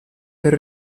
per